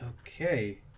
Okay